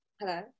Hello